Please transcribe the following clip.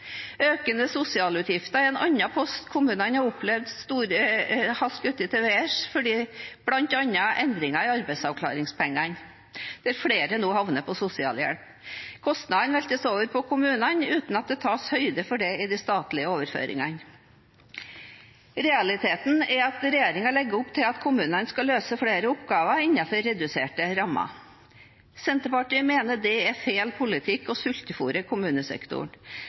Økende sosialutgifter er en annen post kommunene har opplevd har skutt i været. Dette skyldes bl.a. endringer i arbeidsavklaringspenger, der flere nå havner over på sosialhjelp. Kostnadene veltes over på kommunene uten at det tas høyde for det ved de statlige overføringene. Realiteten er at regjeringen legger opp til at kommunene skal løse flere oppgaver innenfor reduserte rammer. Senterpartiet mener det er feil politikk å sultefôre kommunesektoren.